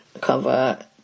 cover